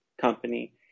company